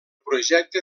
projecte